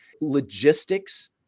Logistics